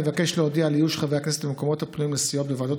אבקש להודיע על איוש המקומות הפנויים לסיוע בוועדות